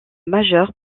majeur